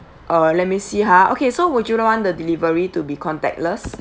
uh let me see ha okay so would you don't want the delivery to be contactless